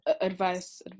Advice